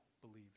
believed